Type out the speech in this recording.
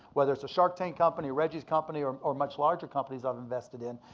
whether it's a shark tank company, reggie's company or or much larger companies i'm invested in.